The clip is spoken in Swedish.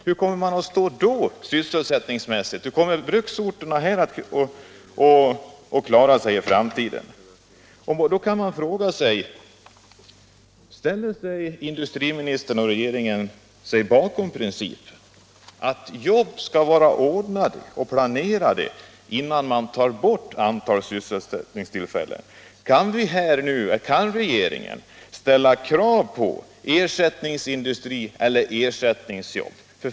Hur kommer man att stå sysselsättningsmässigt då? Hur kommer bruksorterna att klara sig i framtiden? Jag vill fråga: Ställer sig industriministern och regeringen bakom principen att jobb skall vara ordnade och planerade innan man tar bort ett antal sysselsättningstillfällen? Kan regeringen ställa krav på ersättningsindustri eller ersättningsjobb?